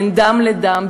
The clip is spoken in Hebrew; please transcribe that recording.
בין דם לדם,